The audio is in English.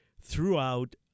throughout